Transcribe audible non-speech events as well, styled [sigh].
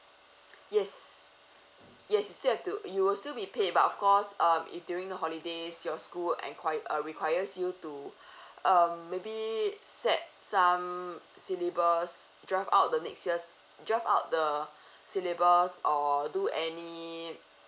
[breath] yes yes you still have to you will still be paid but of course um if during the holidays your school enqui~ uh requires you to [breath] uh maybe set some syllables draft out the next years draft out the [breath] syllables or do any